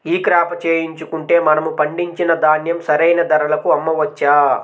ఈ క్రాప చేయించుకుంటే మనము పండించిన ధాన్యం సరైన ధరకు అమ్మవచ్చా?